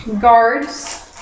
guards